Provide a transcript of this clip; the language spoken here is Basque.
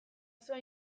osoa